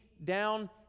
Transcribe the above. down